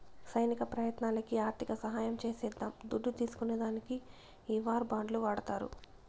సైనిక ప్రయత్నాలకి ఆర్థిక సహాయం చేసేద్దాం దుడ్డు తీస్కునే దానికి ఈ వార్ బాండ్లు వాడతారు